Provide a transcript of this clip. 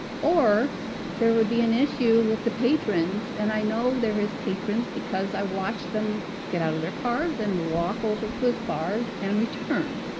or there would be an issue with the patrons and i know there has patrons because i watch them get out of their cars and walk over to his bars and return.